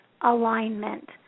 alignment